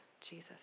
Jesus